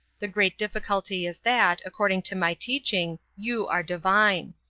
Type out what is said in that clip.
the great difficulty is that, according to my teaching, you are divine.